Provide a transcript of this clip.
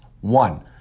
one